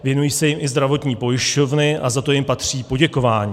Věnují se jim i zdravotní pojišťovny a za to jim patří poděkování.